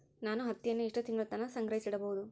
ನಾನು ಹತ್ತಿಯನ್ನ ಎಷ್ಟು ತಿಂಗಳತನ ಸಂಗ್ರಹಿಸಿಡಬಹುದು?